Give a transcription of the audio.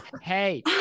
hey